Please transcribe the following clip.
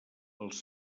els